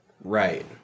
right